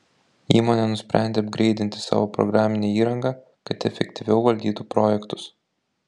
įmonė nusprendė apgreidinti savo programinę įrangą kad efektyviau valdytų projektus